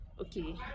Okay